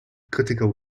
critical